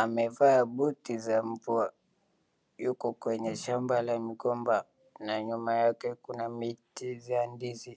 Amevaa buti za mvua. Yuko kwenye shamba la migomba na nyuma yake kuna miti za ndizi.